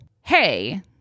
Hey